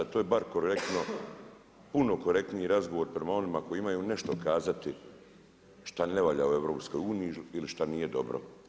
To je bar korektno, puno korektniji razgovor prema onima koji imaju nešto kazati šta ne valja u EU ili šta nije dobro.